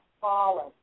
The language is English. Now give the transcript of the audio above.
fallen